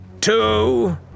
two